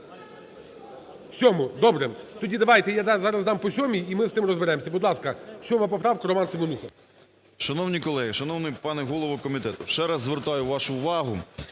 Шановні колеги, шановний пане голово комітету, ще раз звертаю вашу увагу